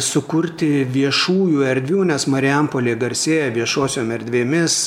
sukurti viešųjų erdvių nes marijampolė garsėja viešosiom erdvėmis